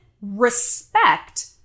respect